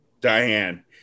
Diane